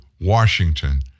Washington